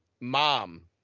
Mom